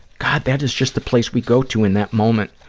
god, that is just the place we go to in that moment,